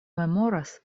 memoras